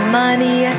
money